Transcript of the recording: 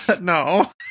No